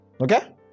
Okay